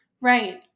Right